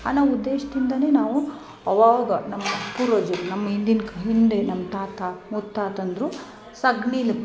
ಅನ್ನೋ ಉದ್ದೇಶದಿಂದಾ ನಾವು ಅವಾಗ ನಮ್ಮ ಪೂರ್ವಜ್ರ ನಮ್ಮ ಹಿಂದಿನ್ ಕಾ ಹಿಂದೆ ನಮ್ಮ ತಾತ ಮುತ್ತಾತಂದಿರು ಸಗ್ಣೀಲಿ